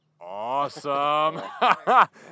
awesome